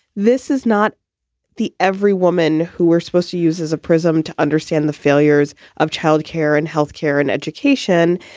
this is not the every woman who we're supposed to use as a prism to understand the failures of child care and health care and education.